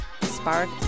spark